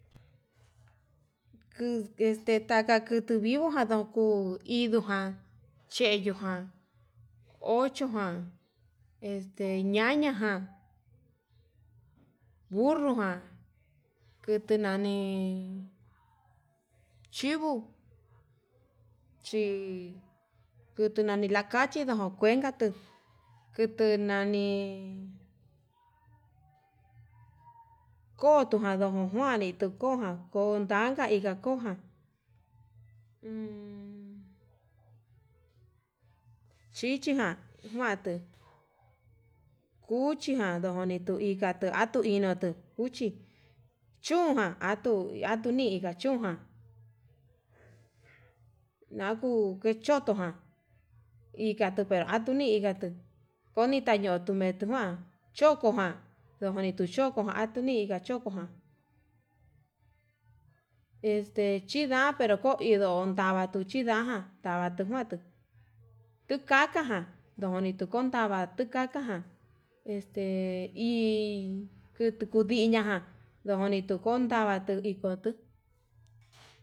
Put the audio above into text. Kux este kutu taka vivo na kuuu iindoján, cheyoján ocho jan este ñaña ján burro jan kutu nani chivo chí kutu nani lakachi kuenka tuu kutu nani kotujan nduju njuan ni koo kojan kontanka, ika koján uun chichijan kuantu uchijan ndonito ijatu atuu inoto cuchi chún ján, atu atuni inka chún ján nakuu kechoto ján ikatuu pero atuni ikatuu koni tañoto kuentu ján, chokoján nduku inko chokoján atuu ni inka cokoján este chinda'a pero ko'o indonto ndavatu chindaján ndavatu njual, ukaka ján ndonito kontava ndukajan este hi kutu kudiña dojoni kundavatu ikotu.